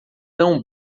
tão